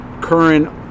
current